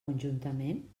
conjuntament